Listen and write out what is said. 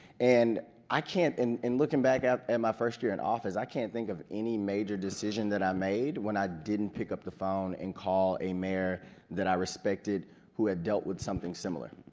and i can't, in in looking back at my first year in office, i can't think of any major decision that i made when i didn't pick up the phone and call a mayor that i respected who had dealt with something similar,